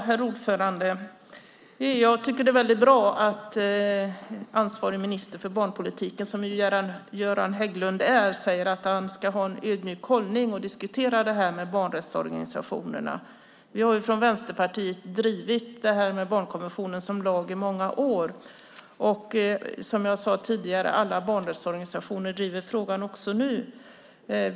Herr talman! Jag tycker att det är väldigt bra att ansvarig minister för barnpolitiken, som ju Göran Hägglund är, säger att han ska ha en ödmjuk hållning och diskutera det här med barnrättsorganisationerna. Vi i Vänsterpartiet har drivit detta med barnkonventionen som lag i många år. Som jag sade tidigare driver alla barnrättsorganisationer också frågan nu.